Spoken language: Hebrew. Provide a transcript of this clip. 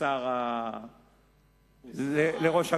לראש הממשלה?